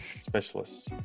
specialists